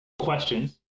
questions